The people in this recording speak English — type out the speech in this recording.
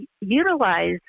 utilize